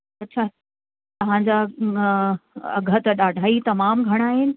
अच्छा तव्हांजा अघि त ॾाढा ई तमामु घणा आहिनि